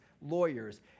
lawyers